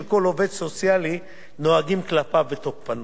כל עובד סוציאלי נוהגים כלפיו בתוקפנות,